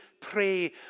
pray